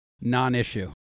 Non-issue